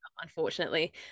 unfortunately